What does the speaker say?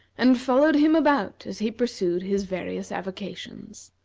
and followed him about as he pursued his various avocations.